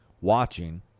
watching